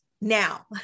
Now